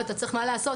ואתה צריך מה לעשות,